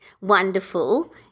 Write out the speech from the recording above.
wonderful